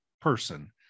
person